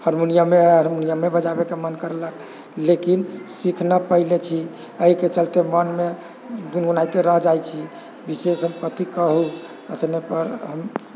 हारमोनियमे है हारमोनियम बजाबैके मोन करलक लेकिन सीख नहि पाइले छी एहिके चलते मनमे गुनगुनाइते रह जाइ छी विशेष हम कथि कहू इतनेपर हम